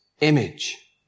image